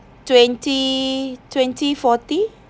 twenty twenty forty